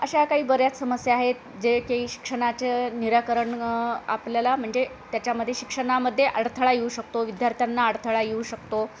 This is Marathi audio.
अशा काही बऱ्याच समस्या आहेत जे की शिक्षणाचं निराकरण आपल्याला म्हणजे त्याच्यामध्ये शिक्षणामध्ये अडथळा येऊ शकतो विद्यार्थ्यांना अडथळा येऊ शकतो